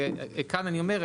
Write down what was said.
וכאן אני אומר,